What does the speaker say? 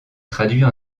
traduits